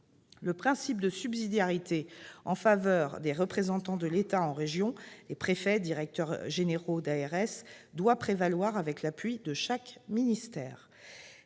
Le principe de subsidiarité en faveur des représentants de l'État en région- les préfets et les directeurs généraux des ARS -doit prévaloir avec l'appui de chaque ministère.